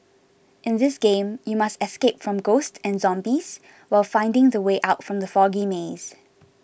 in this game you must escape from ghosts and zombies while finding the way out from the foggy maze